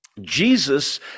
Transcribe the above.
Jesus